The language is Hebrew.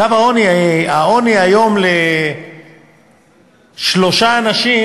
קו העוני היום לשלושה אנשים